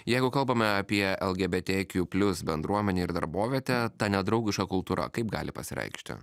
jeigu kalbame apie lgbtq plius bendruomenę ir darbovietę ta nedraugiška kultūra kaip gali pasireikšti